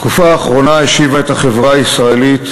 התקופה האחרונה השיבה את החברה הישראלית